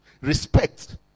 respect